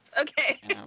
Okay